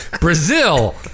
Brazil